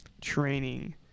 training